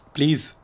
Please